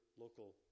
local